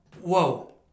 whoa